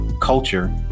culture